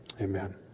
Amen